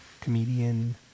comedian